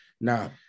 now